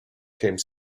came